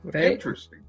Interesting